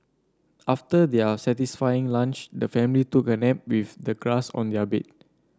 after their satisfying lunch the family took a nap with the grass on their bed